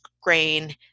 grain